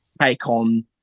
take-on